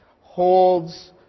holds